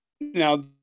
now